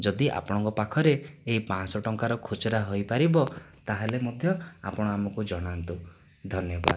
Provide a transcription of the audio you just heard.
ଯଦି ଆପଣଙ୍କ ପାଖରେ ଏହି ପାଞ୍ଚଶହ ଟଙ୍କାର ଖୁଚୁରା ହୋଇପାରିବ ତା ହେଲେ ମଧ୍ୟ ଆପଣ ଆମକୁ ଜଣାନ୍ତୁ ଧନ୍ୟବାଦ